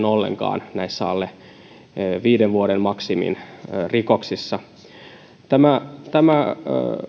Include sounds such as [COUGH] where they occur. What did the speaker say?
[UNINTELLIGIBLE] ollenkaan näissä alle viiden vuoden maksimin rikoksissa tämä tämä